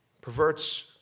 Perverts